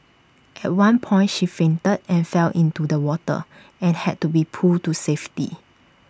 at one point she fainted and fell into the water and had to be pulled to safety